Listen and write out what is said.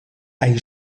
hay